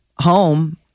home